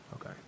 Okay